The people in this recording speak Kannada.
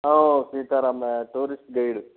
ಹ್ಞೂ ಸೀತಾರಾಮ ಟೂರಿಸ್ಟ್ ಗೈಡು